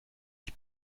ich